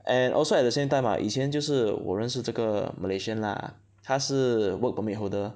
and also at the same time ah 以前就是我认识这个 malaysian lah 他是 work permit holder